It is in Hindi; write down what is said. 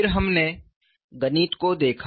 फिर हमने गणित को देखा